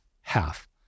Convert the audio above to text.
half